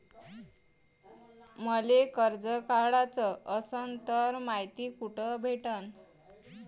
मले कर्ज काढाच असनं तर मायती कुठ भेटनं?